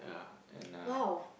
!wow!